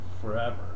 forever